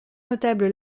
notable